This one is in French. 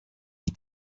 des